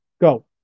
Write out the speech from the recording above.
Go